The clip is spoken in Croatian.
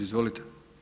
Izvolite.